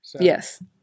Yes